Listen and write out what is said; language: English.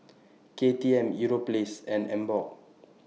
K T M Europace and Emborg